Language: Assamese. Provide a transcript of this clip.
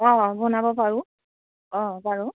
অঁ বনাব পাৰোঁ অঁ পাৰোঁ